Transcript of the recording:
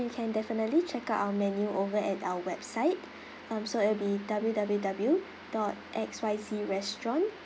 you can definitely check out our menu over at our website um so it'll be W W W dot X Y Z restaurant